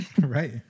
Right